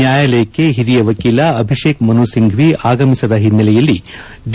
ನ್ಯಾಯಾಲಯಕ್ಕೆ ಹಿರಿಯ ವಕೀಲ ಅಭಿಷೇಕ್ ಮನು ಸಿಂಫ್ವಿ ಆಗಮಿಸದ ಹಿನ್ನಲೆಯಲ್ಲಿ ಡಿ